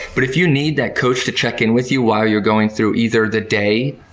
but if you need that coach to check in with you while you're going through either the day,